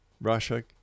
Russia